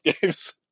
games